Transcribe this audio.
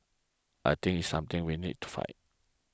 I think this is something we need to fight